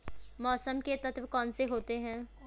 मौसम के तत्व कौन कौन से होते हैं?